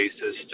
basis